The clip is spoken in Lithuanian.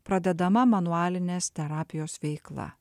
pradedama manualinės terapijos veikla